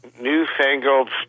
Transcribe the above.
newfangled